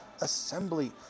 assembly